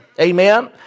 Amen